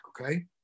okay